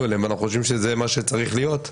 אליהם ואנחנו חושבים שזה מה שצריך להיות,